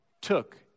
Took